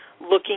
looking